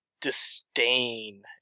disdain